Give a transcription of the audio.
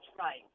right